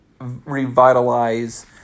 revitalize